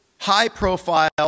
high-profile